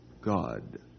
God